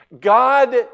God